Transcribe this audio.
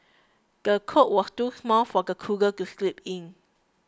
the cot was too small for the toddler to sleep in